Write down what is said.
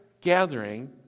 gathering